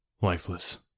lifeless